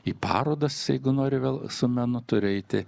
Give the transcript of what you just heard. į parodas jeigu nori vėl su menu turi eiti